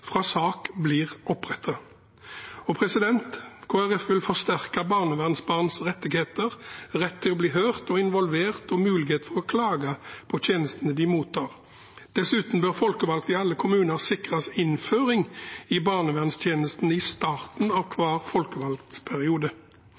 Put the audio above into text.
fra en sak blir opprettet. Kristelig Folkeparti vil forsterke barnevernsbarns rettigheter, rett til å bli hørt og involvert og mulighet til å klage på tjenestene de mottar. Dessuten bør folkevalgte i alle kommuner sikres innføring i barnevernstjenestene i starten av